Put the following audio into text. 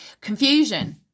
Confusion